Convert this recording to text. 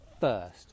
first